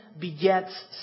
begets